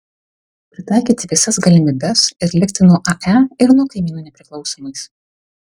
pritaikyti visas galimybes ir likti nuo ae ir nuo kaimynų nepriklausomais